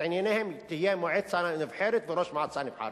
ענייניהם יהיו מועצה נבחרת וראש מועצה נבחר.